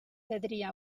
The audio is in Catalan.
perdria